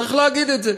צריך להגיד את זה.